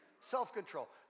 Self-control